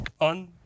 on